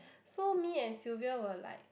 so me and Sylvia were like